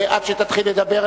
עד שתתחיל לדבר,